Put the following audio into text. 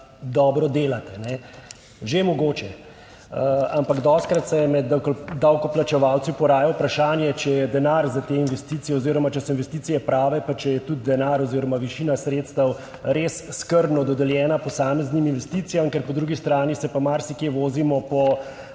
dobro delate. Že mogoče, ampak dostikrat se med davkoplačevalci poraja vprašanje, če je denar za te investicije oziroma če so investicije prave pa če je tudi denar oziroma višina sredstev res skrbno dodeljena posameznim investicijam, ker po drugi strani se pa marsikje vozimo po